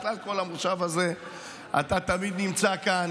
בכלל, כל המושב הזה אתה תמיד נמצא כאן